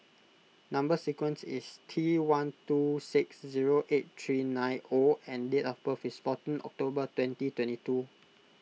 Number Sequence is T one two six zero eight three nine O and date of birth is fourteen October twenty twenty two